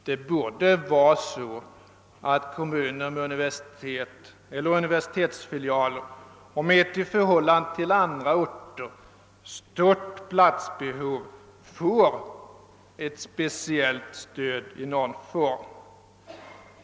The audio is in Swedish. Det borde vara så att kommuner med universitet eller universitetsfilialer och med ett i förhållande till andra orter stort platsbehov får ett speciellt stöd i någon form.